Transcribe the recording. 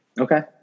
Okay